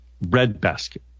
breadbasket